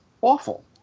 awful